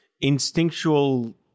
instinctual